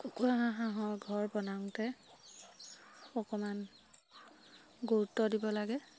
কুকুৰা হাঁহৰ ঘৰ বনাওঁতে অকমান গুৰুত্ব দিব লাগে